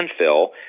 landfill